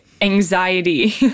anxiety